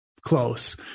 close